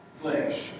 flesh